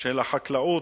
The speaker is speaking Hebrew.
של החקלאות,